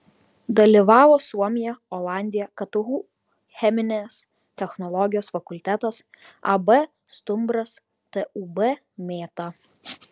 dalyvavo suomija olandija ktu cheminės technologijos fakultetas ab stumbras tūb mėta